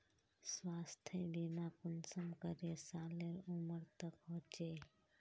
स्वास्थ्य बीमा कुंसम करे सालेर उमर तक होचए?